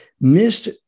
Missed